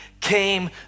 came